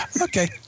Okay